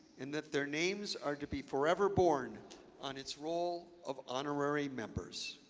and that their names are to be forever borne on its roll of honorary members.